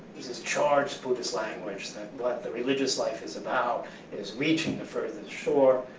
this is charged buddhist language that what the religious life is about is reaching the further shore.